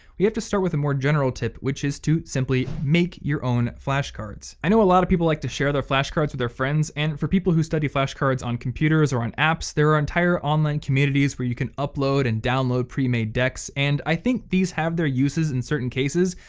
we have to start with a more general tip, which is to simply make your own flashcards. i know a lot of people like to share their flashcards with their friends and for people who study flashcards on computers or on apps, there are entire online communities where you can upload and download pre-made decks and i think these have their uses in certain cases,